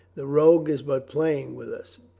the rogue is but playing with us.